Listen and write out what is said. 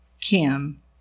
Kim